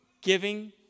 giving